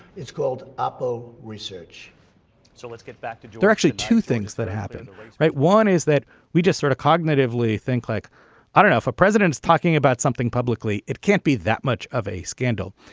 it's called oppo research so let's get back to there actually two things that happen right. one is that we just sort of cognitively think like i don't know if a president's talking about something publicly it can't be that much of a scandal.